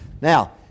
Now